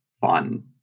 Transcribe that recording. fun